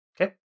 Okay